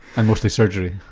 and mostly surgery?